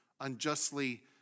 unjustly